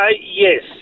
Yes